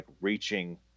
reaching